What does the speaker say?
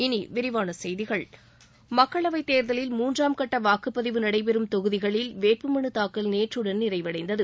இனி விரிவான செய்திகள் மக்களவை தேர்தலில் மூன்றாம் கட்ட வாக்குப்பதிவு நடைபெறும் தொகுதிகளில் வேட்புமனு தாக்கல் நேற்றுடன் நிறைவடைந்தது